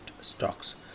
stocks